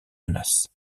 menace